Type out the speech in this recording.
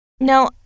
Now